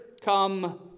come